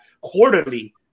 quarterly